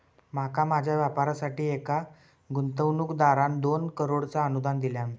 माका माझ्या व्यापारासाठी एका गुंतवणूकदारान दोन करोडचा अनुदान दिल्यान